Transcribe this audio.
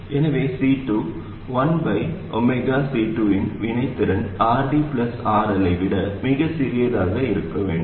எனவே C2 1ωC2 இன் வினைத்திறன் RD RL ஐ விட மிகச் சிறியதாக இருக்க வேண்டும்